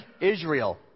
israel